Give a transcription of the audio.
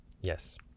yes